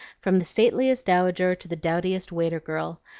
from the stateliest dowager to the dowdiest waiter-girl,